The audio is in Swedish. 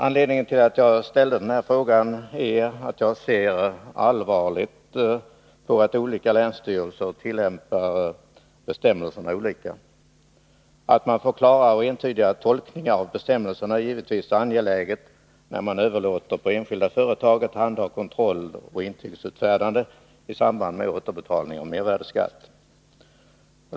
Anledningen till att jag ställde den här frågan är, att jag ser allvarligt på att olika länsstyrelser tillämpar bestämmelserna olika. Att man får klara och entydiga tolkningar av bestämmelserna är givetvis angeläget när man överlåter på enskilda företag att handha kontroll och intygsutfärdande i samband med återbetalning av mervärdeskatt.